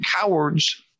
cowards